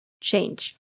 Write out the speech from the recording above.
change